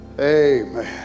Amen